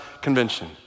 Convention